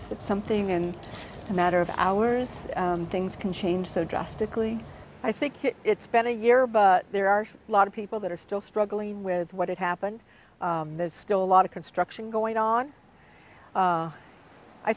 something in a matter of hours things can change so drastically i think it's been a year but there are a lot of people that are still struggling with what had happened there's still a lot of construction going on